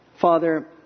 Father